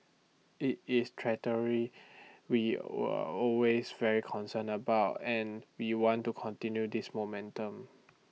IT is trajectory we always very concern about and we want to continue this momentum